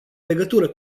legătură